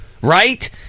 right